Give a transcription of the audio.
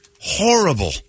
horrible